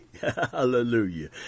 Hallelujah